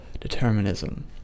determinism